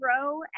grow